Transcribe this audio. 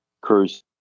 cruise